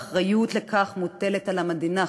והאחריות לכך מוטלת על המדינה,